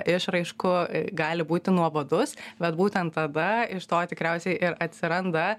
išraiškų gali būti nuobodus bet būtent tada iš to tikriausiai ir atsiranda